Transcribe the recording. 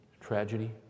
tragedy